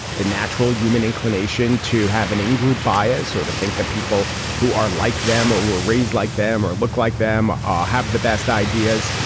the natural human inclination to have an in-group bias or to think that people who are like them or were raised like them or look like them ah have the best ideas.